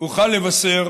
אוכל לבשר